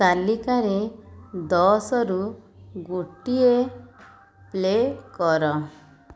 ତାଲିକାରେ ଦଶରୁ ଗୋଟିଏ ପ୍ଲେ କର